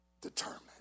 determined